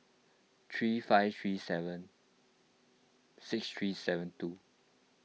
three five three seven six three seven two